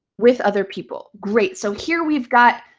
with other people. great. so here we've got